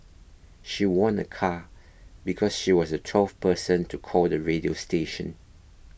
she won a car because she was the twelfth person to call the radio station